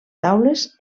taules